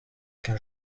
qu’un